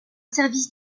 service